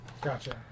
Gotcha